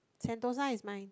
Sentosa is mine